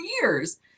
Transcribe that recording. years